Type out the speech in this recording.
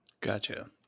Gotcha